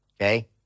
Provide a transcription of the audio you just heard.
okay